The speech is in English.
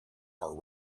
are